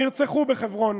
נרצחו בחברון.